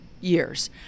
years